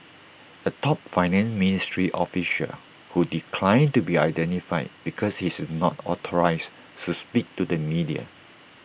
A top finance ministry official who declined to be identified because he is not authorised so speak to the media